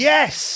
Yes